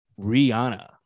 Rihanna